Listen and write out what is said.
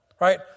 Right